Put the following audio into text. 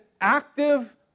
active